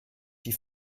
die